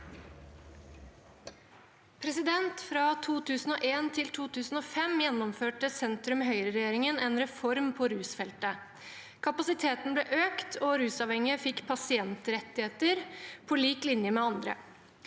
Fra 2001 til 2005 gjennomførte sentrum–høyre-regjeringen en reform på rusfeltet. Kapasiteten ble økt, og rusavhengige fikk pasientrettigheter på lik linje med andre.